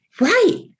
Right